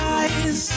eyes